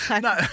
No